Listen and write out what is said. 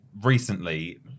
recently